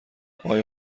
آقای